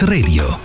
Radio